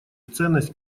ценность